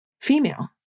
female